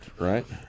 right